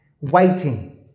waiting